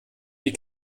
die